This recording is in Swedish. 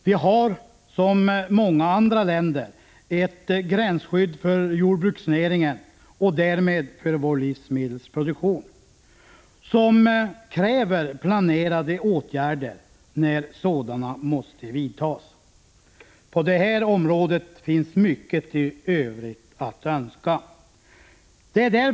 Vi har, som många andra länder, ett gränsskydd för jordbruksnäringen, och därmed för vår livsmedelsproduktion, som kräver planerade åtgärder när något måste göras. På det här området finns mycket i övrigt att önska. Det är därför Prot.